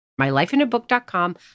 mylifeinabook.com